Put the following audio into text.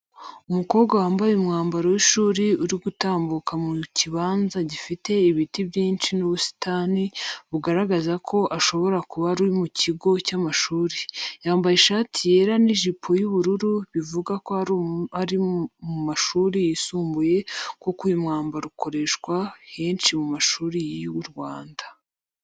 Umukobwa wambaye umwambaro w’ishuri uri gutambuka mu kibanza gifite ibiti byinshi n'ubusitani, bugaragaza ko ashobora kuba ari mu kigo cy'amashuri. Yambaye ishati yera n’ijipo y’ubururu bivuga ko ari mu mashuri yisumbuye kuko uyu mwambaro ukoreshwa henshi mu mashuri y’u Rwanda.